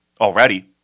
already